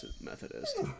Methodist